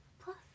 plus